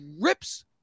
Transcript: rips